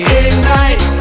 ignite